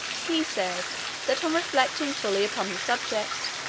he said that, on reflecting fully upon the subject,